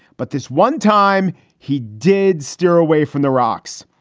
but this one time he did steer away from the rocks.